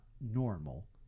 normal